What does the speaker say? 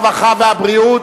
הרווחה והבריאות